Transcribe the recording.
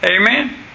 Amen